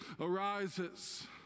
arises